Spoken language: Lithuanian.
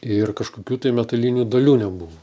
ir kažkokių tai metalinių dalių nebuvo